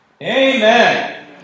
Amen